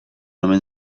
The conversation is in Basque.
omen